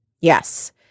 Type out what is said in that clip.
yes